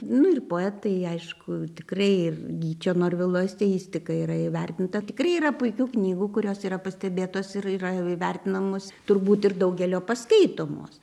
nu ir poetai aišku tikrai gyčio norvilo eseistika yra įvertinta tikrai yra puikių knygų kurios yra pastebėtos ir yra vertinamos turbūt ir daugelio paskaitomos